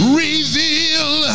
reveal